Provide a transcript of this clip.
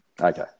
Okay